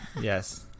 Yes